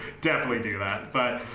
definitely do that. but,